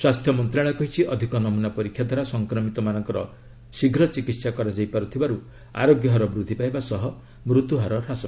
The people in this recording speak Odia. ସ୍ୱାସ୍ଥ୍ୟ ମନ୍ତ୍ରଶାଳୟ କହିଛି ଅଧିକ ନମୁନା ପରୀକ୍ଷାଦ୍ୱାରା ସଂକ୍ରମିତମାନଙ୍କର ଶୀଘ୍ର ଚିକିତ୍ସା କରାଯାଇପାରୁଥିବାରୁ ଆରୋଗ୍ୟ ହାର ବୃଦ୍ଧି ପାଇବା ସହ ମୃତ୍ୟୁହାର ହ୍ରାସ ପାଉଛି